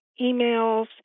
emails